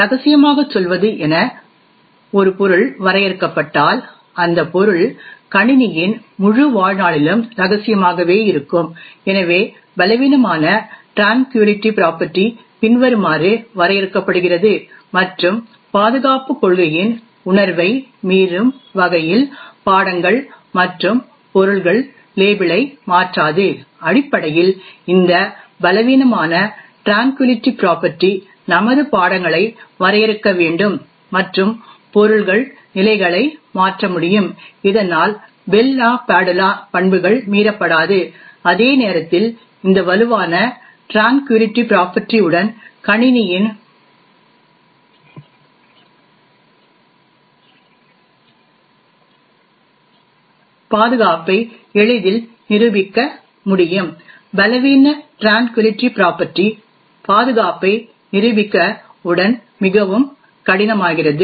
ரகசியமாகச் சொல்வது என ஒரு பொருள் வரையறுக்கப்பட்டால் அந்த பொருள் கணினியின் முழு வாழ்நாளிலும் ரகசியமாகவே இருக்கும் எனவே பலவீனமான ட்ரேன்க்யூலிட்டி ப்ராபர்ட்டி பின்வருமாறு வரையறுக்கப்படுகிறது மற்றும் பாதுகாப்புக் கொள்கையின் உணர்வை மீறும் வகையில்பாடங்கள் மற்றும் பொருள்கள் லேபிளை மாற்றாது அடிப்படையில் இந்த பலவீனமான ட்ரேன்க்யூலிட்டி ப்ராபர்ட்டி நமது பாடங்களை வரையறுக்க வேண்டும் மற்றும் பொருள்கள் நிலைகளை மாற்ற முடியும் இதனால் பெல் லாபாதுலா பண்புகள் மீறப்படாது அதே நேரத்தில் இந்த வலுவான ட்ரேன்க்யூலிட்டி ப்ராபர்ட்டி உடன் கணினியின் பாதுகாப்பை எளிதில் நிரூபிக்க முடியும் பலவீன ட்ரேன்க்யூலிட்டி ப்ராபர்ட்டி பாதுகாப்பை நிரூபிக்க உடன் மிகவும் கடினமாகிறது